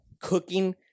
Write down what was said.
cooking